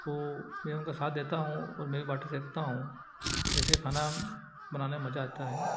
तो मैं उनका साथ देता हूँ और मैं भी बाटी सेकता हूँ ऐसे खाना बनाने में मजा आता है